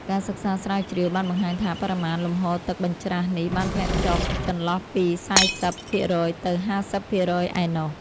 ការសិក្សាស្រាវជ្រាវបានបង្ហាញថាបរិមាណលំហូរទឹកបញ្ច្រាសនេះបានធ្លាក់ចុះចន្លោះពីសែសិបភាគរយទៅហាសិបភាគរយឯណោះ។